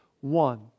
one